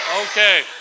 Okay